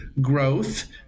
growth